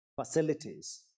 facilities